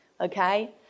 Okay